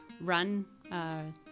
run